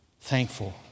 thankful